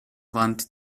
avanti